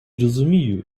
розумію